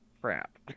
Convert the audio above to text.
crap